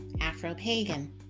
Afro-pagan